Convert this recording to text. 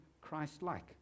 Christ-like